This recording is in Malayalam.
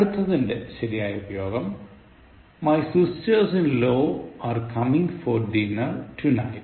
അടുത്തതിൻറെ ശരിയായ് ഉപയോഗം My sisters in law are coming for dinner tonight